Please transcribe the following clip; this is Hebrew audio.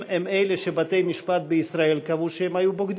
בוגדים הם אלה שבתי-משפט בישראל קבעו שהם היו בוגדים.